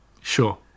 Sure